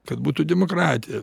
kad būtų demokratija